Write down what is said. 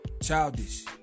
Childish